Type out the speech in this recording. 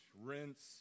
rinse